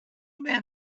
men